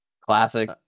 Classic